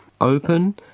open